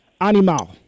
Animal